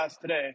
today